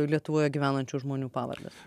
lietuvoje gyvenančių žmonių pavardes